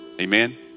amen